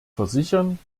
versichern